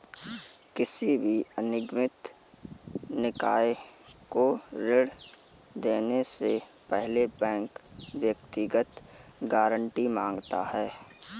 किसी भी अनिगमित निकाय को ऋण देने से पहले बैंक व्यक्तिगत गारंटी माँगता है